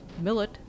Millet